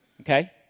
Okay